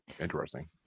interesting